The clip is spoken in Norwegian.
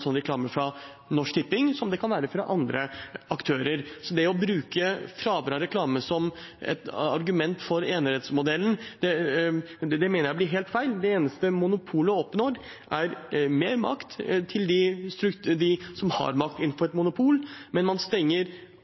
fra Norsk Tipping som det kan være fra andre aktører. Så det å bruke fravær av reklame som et argument for enerettsmodellen mener jeg blir helt feil. Det eneste monopolet oppnår, er mer makt til dem som har makt innenfor et monopol, men man stenger